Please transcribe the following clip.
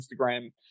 Instagram